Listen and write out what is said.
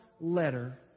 letter